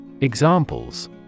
Examples